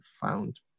found